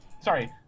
Sorry